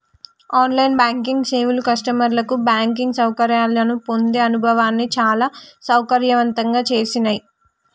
on line banking సేవలు కస్టమర్లకు banking సౌకర్యాలను పొందే అనుభవాన్ని చాలా సౌకర్యవంతంగా చేసినాయ్